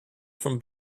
from